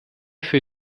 für